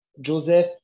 Joseph